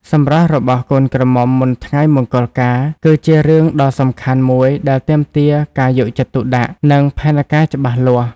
សម្រស់របស់កូនក្រមុំមុនថ្ងៃមង្គលការ គឺជារឿងដ៏សំខាន់មួយដែលទាមទារការយកចិត្តទុកដាក់ និងផែនការច្បាស់លាស់ ។